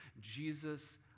Jesus